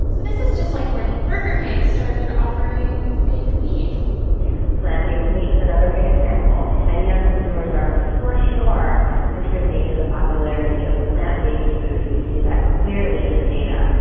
so this is just like when burger king started offering fake beef plant-based meat is another great example. and young consumers are for sure contributing to the popularity of plant-based foods. we see that clearly in the data.